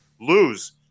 lose